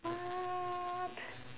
what